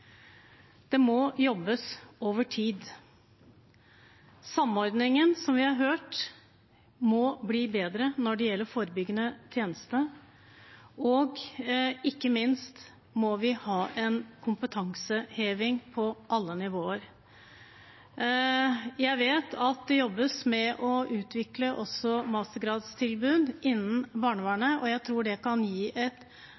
må jobbes over tid. Samordningen må, som vi har hørt, bli bedre når det gjelder forebyggende tjeneste, og ikke minst må vi ha en kompetanseheving på alle nivåer. Jeg vet at det jobbes med å utvikle mastergradstilbud innen barnevernet.